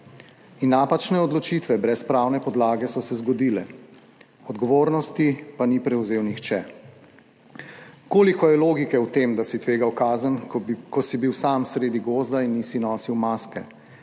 Napačne odločitve brez pravne podlage so se zgodile, odgovornosti pa ni prevzel nihče. Koliko je logike v tem, da si tvegal kazen, ko si bil sam sredi gozda in nisi nosil maske?